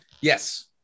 yes